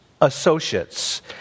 associates